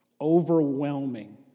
Overwhelming